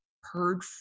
heard